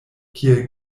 kiel